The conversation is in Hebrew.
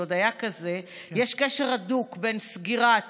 כשעוד היה כזה: יש קשר הדוק בין סגירת